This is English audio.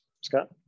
Scott